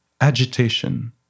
agitation